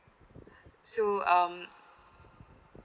so um